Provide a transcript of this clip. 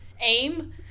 AIM